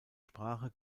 sprache